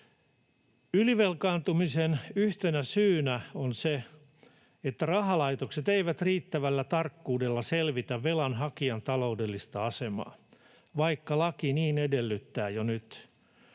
Ylivelkaantumisen yhtenä syynä on se, että rahalaitokset eivät riittävällä tarkkuudella selvitä velan hakijan taloudellista asemaa, vaikka laki niin edellyttää jo nyt.